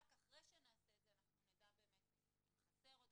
רק אחרי שנעשה את זה אנחנו נדע באמת אם חסר עוד